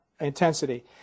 intensity